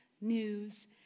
news